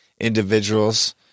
individuals